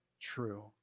true